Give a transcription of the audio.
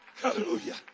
Hallelujah